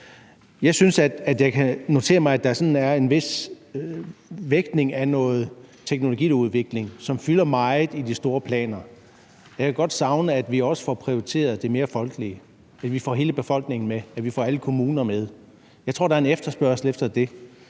mere. Jeg noterer mig, at der sådan er en vis vægtning af noget teknologiudvikling, som fylder meget i de store planer. Jeg kan godt savne, at vi også får prioriteret det mere folkelige, at vi får hele befolkningen med, at vi får alle kommuner med. Jeg tror, der er en efterspørgsel efter det.